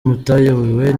mutayobewe